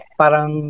parang